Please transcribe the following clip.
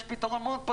יש פתרונות.